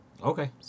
Okay